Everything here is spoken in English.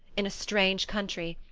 in a strange country,